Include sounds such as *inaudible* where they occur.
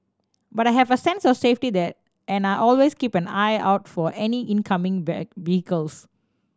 but I have a sense of safety that and I always keep an eye out for any incoming *unintelligible* vehicles